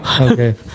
okay